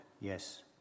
Yes